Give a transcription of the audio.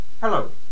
Hello